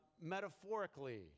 metaphorically